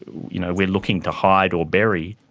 you know, we're looking to hide or bury,